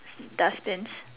dustbins